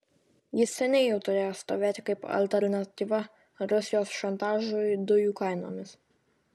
jis seniai jau turėjo stovėti kaip alternatyva rusijos šantažui dujų kainomis